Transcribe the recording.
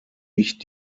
nicht